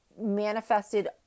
manifested